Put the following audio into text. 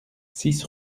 six